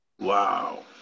wow